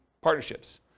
partnerships